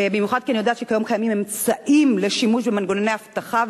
במיוחד כי אני יודעת שכיום קיימים אמצעים לשימוש במנגנוני אבטחה,